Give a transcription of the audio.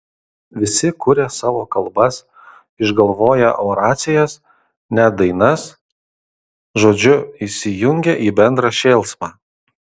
visi kuria savo kalbas išgalvoję oracijas net dainas žodžiu įsijungia į bendrą šėlsmą